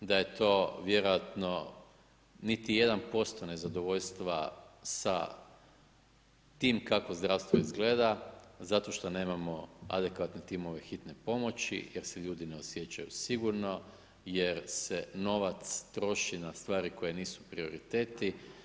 Da je to niti 1% nezadovoljstva sa tim kako zdravstvo izgleda zato što nemamo adekvatne timove hitne pomoći jer se ljudi ne osjećaju sigurno jer se novac troši na stvari koje nisu prioriteti.